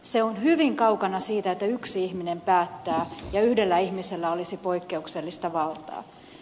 se on hyvin kaukana siitä että yksi ihminen päättää ja yhdellä ihmisellä olisi poikkeuksellista valtaa